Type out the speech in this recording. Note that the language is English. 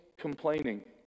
complaining